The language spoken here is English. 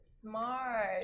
Smart